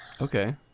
okay